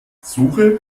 suche